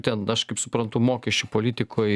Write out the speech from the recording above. ten aš kaip suprantu mokesčių politikoj